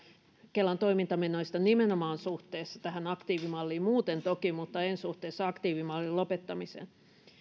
kelan toimintamenoista nimenomaan suhteessa tähän aktiivimalliin muuten toki mutta en suhteessa aktiivimallin lopettamiseen